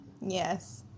Yes